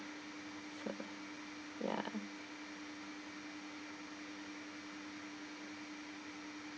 ya